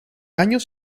años